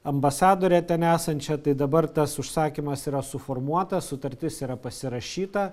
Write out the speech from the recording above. ambasadore ten esančia tai dabar tas užsakymas yra suformuotas sutartis yra pasirašyta